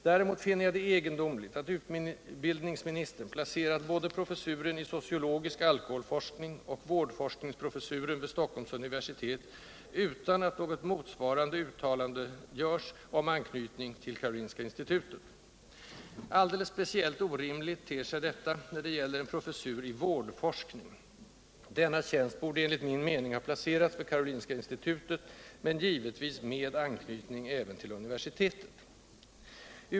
Däremot finner jag det egendomligt att ubildningsministern placerat både professuren i sociologisk alkoholforskning och vårdforskningsprofessuren vid Stockholms universitet utan något motsvarande uttalande om anknytning även till Karolinska institutet. Alldeles speciellt orimligt ter sig detta när det gäller en professur i vårdforskning. Denna tjänst borde enligt min mening ha placerats vid Karolinska institutet men givetvis med anknytning även till universitetet.